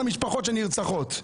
על חשבון המשפחות שנרצחות.